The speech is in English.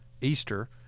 Easter